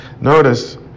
Notice